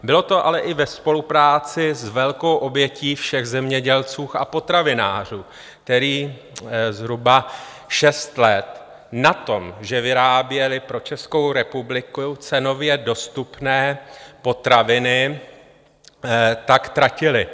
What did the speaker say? Bylo to ale i ve spolupráci s velkou obětí všech zemědělců a potravinářů, kteří zhruba šest let na tom, že vyráběli pro Českou republiku cenově dostupné potraviny, tak tratili.